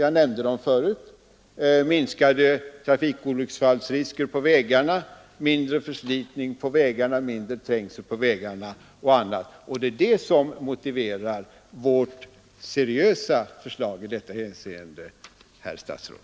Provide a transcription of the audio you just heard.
Jag nämnde dessa synpunkter: minskade olycksfallsrisker på vägarna, mindre förslitning på vägarna, mindre trängsel på vägarna och annat. Det är detta som motiverar vårt seriösa förslag i detta hänseende, herr statsråd.